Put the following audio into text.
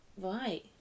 Right